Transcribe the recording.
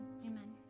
amen